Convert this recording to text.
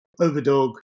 overdog